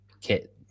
Kit